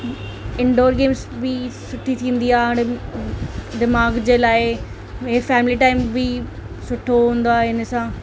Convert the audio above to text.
indoor games बि सुठी थींदी आ हाणे बि दिमाग जे लाइ इहो फैमिली टाइम बि सुठो हूंदो आहे हिन सां